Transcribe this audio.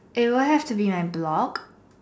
it will have to be in my blog